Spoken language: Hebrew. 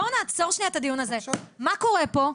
בואו נעצור שנייה את הדיון הזה, מה קורה פה?